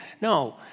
No